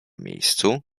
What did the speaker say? miejscu